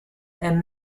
and